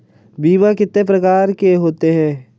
बीमा कितने प्रकार के होते हैं?